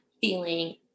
feeling